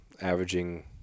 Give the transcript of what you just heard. averaging